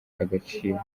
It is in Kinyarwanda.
agaciro